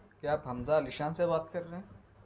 کیا آپ حمزہ عالی شان سے بات کر رہے ہیں